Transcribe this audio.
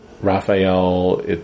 Raphael